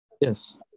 Yes